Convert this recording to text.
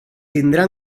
tindrà